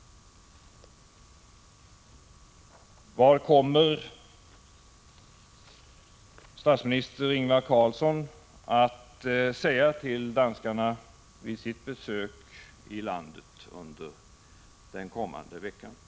Vad kommer statsminister Ingvar Carlsson att säga till danskarna i detta avseende vid sitt besök i landet den kommande veckan? Prot.